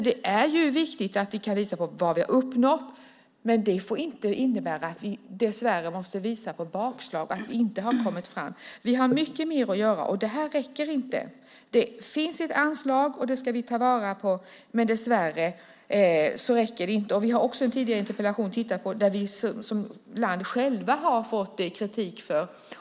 Det är ju viktigt att vi kan visa vad vi har uppnått. Det får inte innebära att vi måste visa på bakslag och att vi inte har kommit framåt. Vi har mycket mer att göra. Det här räcker inte. Det finns ett anslag. Det ska vi ta vara på, men det räcker dessvärre inte. Vi har i en tidigare interpellation också tittat på det som vi som land har fått kritik för.